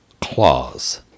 claws